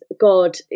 God